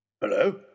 Hello